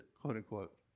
quote-unquote